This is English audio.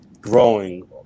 growing